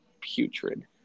putrid